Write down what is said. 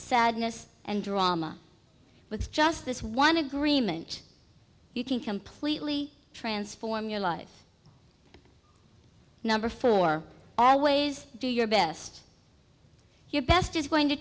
sadness and drama with just this one agreement you can completely transform your life number four always do your best your best is going to